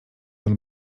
pod